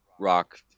rock